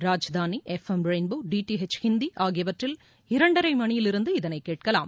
ராஜ்தாளி F M rainbow DTH Hindi ஆகியவற்றில் இரண்டரை மணியிலிருந்து இதளை கேட்கலாம்